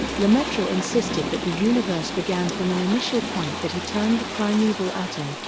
lemaitre insisted that the universe began from an initial point that he termed the primeval atom,